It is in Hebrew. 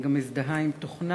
ואני גם מזדהה עם תוכנה,